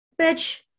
bitch